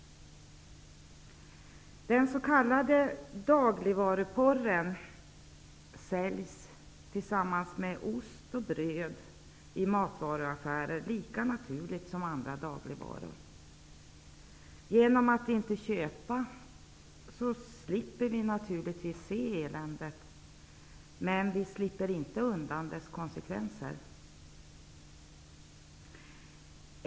Den s.k. dagligvaruporren säljs tillsammans med ost och bröd i matvaruaffärer lika naturligt som andra varor. Genom att inte köpa dagligvaruporren, slipper vi naturligtvis se eländet. Men vi slipper inte undan dess konsekvenser.